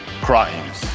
crimes